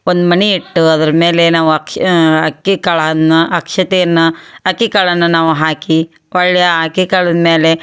ಒಂದು ಮಣೆ ಇಟ್ಟು ಅದ್ರ ಮೇಲೆ ನಾವು ಅಕ್ಷ ಅಕ್ಕಿ ಕಾಳನ್ನು ಅಕ್ಷತೆಯನ್ನು ಅಕ್ಕಿ ಕಾಳನ್ನು ನಾವು ಹಾಕಿ ಹೊರ್ಳಿ ಆ ಅಕ್ಕಿ ಕಾಳಿನ ಮೇಲೆ